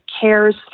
CARES